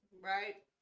right